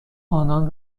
آنان